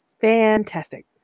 Fantastic